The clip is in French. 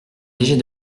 léger